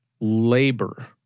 labor